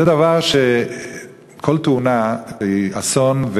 כל תאונה היא אסון,